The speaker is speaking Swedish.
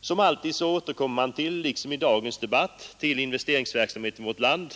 Som alltid återkommer man även i dagens debatt till investeringsverk samheten i vårt land.